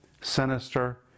sinister